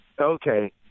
Okay